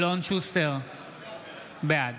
בעד